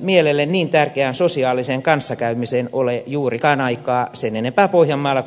mielelle niin tärkeään sosiaaliseen kanssakäymiseen ole juurikaan aikaa sen enempää pohjanmaalla kuin muuallakaan suomessa